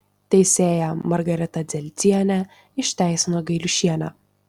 teisėja margarita dzelzienė išteisino gailiušienę